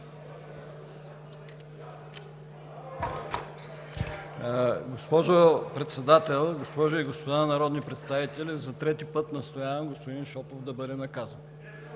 Госпожо Председател, госпожи и господа народни представители! За трети път настоявам господин Шопов да бъде наказан.